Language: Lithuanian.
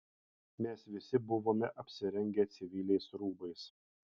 mes visi buvome apsirengę civiliais rūbais